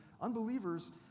unbelievers